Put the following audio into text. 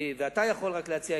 ורק אתה יכול להציע,